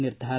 ನಿರ್ಧಾರ